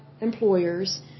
employers